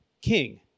king